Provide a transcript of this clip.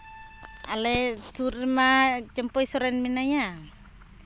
ᱟᱞᱮ ᱥᱩᱨ ᱨᱮᱢᱟ ᱪᱟᱹᱢᱯᱟᱹᱭ ᱥᱚᱨᱮᱱ ᱢᱮᱱᱟᱭᱟ